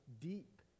deep